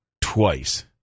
twice